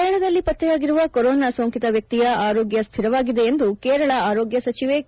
ಕೇರಳದಲ್ಲಿ ಪತ್ತೆಯಾಗಿರುವ ಕೊರೋನಾ ಸೋಂಕಿತ ವ್ಯಕ್ತಿಯ ಆರೋಗ್ಯ ಸ್ಥಿರವಾಗಿದೆ ಎಂದು ಕೇರಳ ಆರೋಗ್ಯ ಸಚವೆ ಕೆ